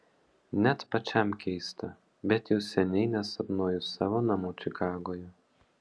net pačiam keista bet jau seniai nesapnuoju savo namų čikagoje